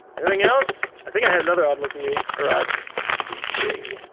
anything else? i think i had another odd-looking meat. or odd meat thing?